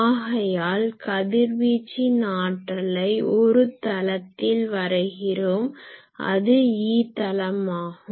ஆகையால் கதிர்வீச்சின் ஆற்றலை ஒரு தளத்தில் வரைகிறோம் அதுதான் E தளமாகும்